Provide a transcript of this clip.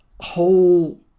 whole